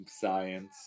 science